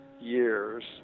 years